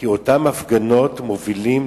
כי אותן הפגנות מובילות,